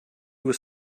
was